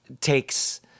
takes